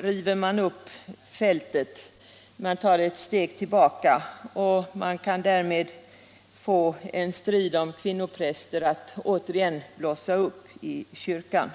river man upp fältet, man tar ett steg tillbaka och man kan få en strid om kvinnopräster att återigen blossa upp inom kyrkan.